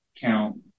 count